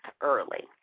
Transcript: early